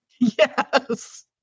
Yes